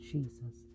Jesus